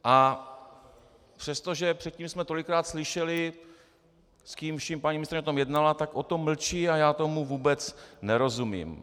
A přestože předtím jsme tolikrát slyšeli, s kým vším paní ministryně o tom jednala, tak o tom mlčí a já tomu vůbec nerozumím.